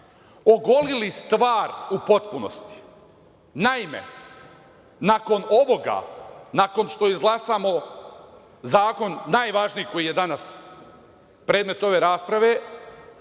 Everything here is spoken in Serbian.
ogolili stvar u potpunosti. Naime, nakon ovoga, nakon što izglasamo zakon najvažniji koji je danas predmet ove rasprave,